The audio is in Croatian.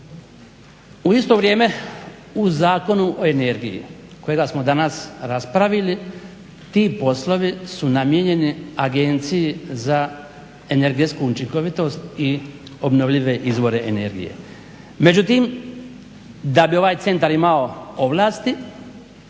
U isto vrijeme u Zakonu o energiji kojega smo danas raspravili ti poslovi su namijenjeni Agenciji za energetsku učinkovitost i obnovljive izvore energije. Međutim, da bi ovaj centar imao ovlasti